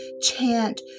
Chant